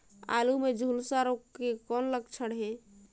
आलू मे झुलसा रोग के कौन लक्षण हे?